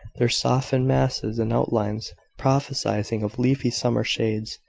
their softened masses and outlines prophesying of leafy summer shades.